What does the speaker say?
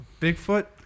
Bigfoot